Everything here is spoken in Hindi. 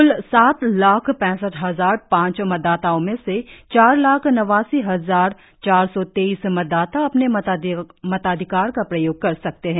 क्ल सात लाख पैंसठ हजार पांच मतदाताओं मे से चार लाख नवासी हजार चार सौ तेईस मतदाता अपने मताधिकार का प्रयोग कर सकते है